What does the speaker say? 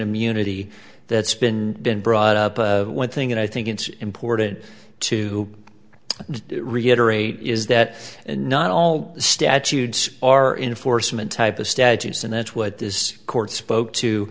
immunity that's been been brought up one thing that i think it's important to reiterate is that not all statutes are in forstmann type of statutes and that's what this court spoke to